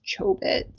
Chobit